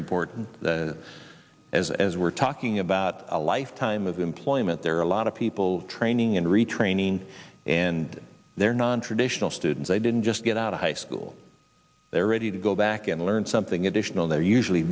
important the as as we're talking about a lifetime of employment there are a lot of people training and retraining and they're nontraditional students i didn't just get out of high school they're ready to go back and learn something additional they're usually